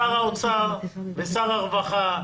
שר האוצר ושר הרווחה,